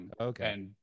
Okay